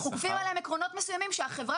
אנחנו כופים עלים עקרונות מסוימים שהחברה